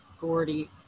Gordy